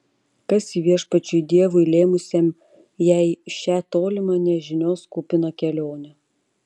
kas ji viešpačiui dievui lėmusiam jai šią tolimą nežinios kupiną kelionę